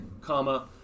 comma